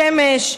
שמש,